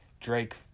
Drake